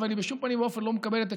אבל היא בשום פנים ואופן לא מקבלת את